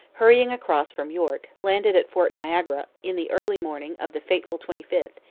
hurrying across from york, landed at fort niagara in the early morning of the fateful twenty fifth,